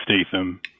Statham